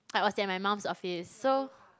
I was at my mum's office so